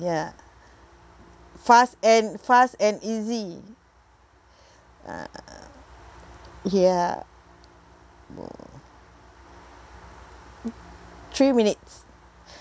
ya fast and fast and easy ah ya three minutes